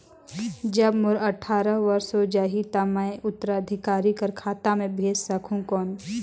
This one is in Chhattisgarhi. जब मोर अट्ठारह वर्ष हो जाहि ता मैं उत्तराधिकारी कर खाता मे भेज सकहुं कौन?